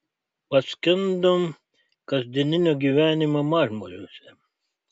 paskendom kasdieninio gyvenimo mažmožiuose